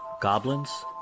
goblins